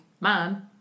man